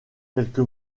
quelque